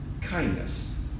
kindness